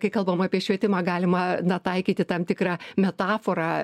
kai kalbam apie švietimą galima na taikyti tam tikrą metaforą